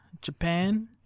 Japan